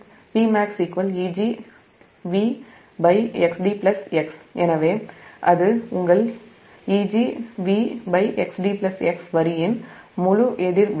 பின்னர் உடன் Pmax|Eg||V|xdx அது உங்கள் இங்கே |Eg||V|xdx வரியின் முழு எதிர்வினை